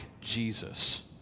Jesus